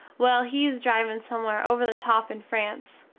well he is drivin somewhere over the top in france,